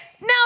Now